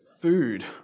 food